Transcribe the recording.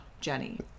Jenny